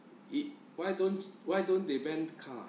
it why don't why don't they ban the car